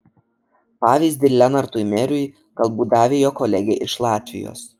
pavyzdį lenartui meriui galbūt davė jo kolegė iš latvijos